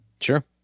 Sure